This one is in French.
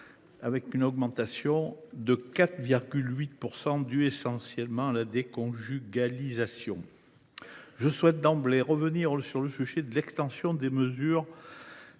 d’une augmentation sensible, de 4,8 %, due essentiellement à sa déconjugalisation. Je souhaite d’emblée revenir sur la question de l’extension des mesures